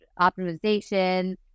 optimization